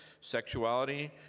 sexuality